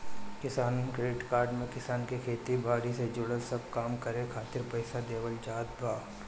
किसान credit card में किसान के खेती बारी से जुड़ल सब काम करे खातिर पईसा देवल जात बा